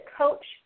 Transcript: coach